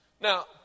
Now